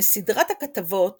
בסדרת הכתבות